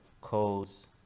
codes